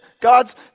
God's